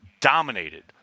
dominated